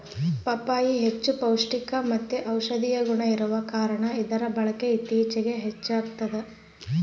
ಪಪ್ಪಾಯಿ ಹೆಚ್ಚು ಪೌಷ್ಟಿಕಮತ್ತೆ ಔಷದಿಯ ಗುಣ ಇರುವ ಕಾರಣ ಇದರ ಬಳಕೆ ಇತ್ತೀಚಿಗೆ ಹೆಚ್ಚಾಗ್ತದ